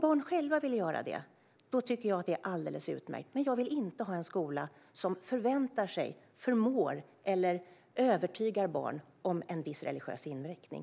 Jag tycker att det är alldeles utmärkt om barn själva vill göra det, men jag vill inte ha en skola som förväntar sig en viss religiös inriktning eller som försöker att övertyga eller förmå barnen att välja en sådan inriktning.